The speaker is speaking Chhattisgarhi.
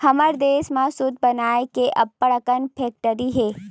हमर देस म सूत बनाए के अब्बड़ अकन फेकटरी हे